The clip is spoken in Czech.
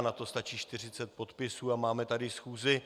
Na to stačí 40 podpisů a máme tady schůzi.